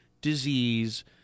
disease